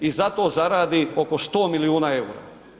I zato zaradi oko 100 milijuna eura.